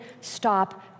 stop